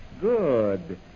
Good